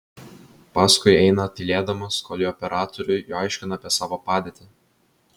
paskui eina tylėdamas kol ji operatoriui aiškina apie savo padėtį